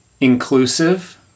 inclusive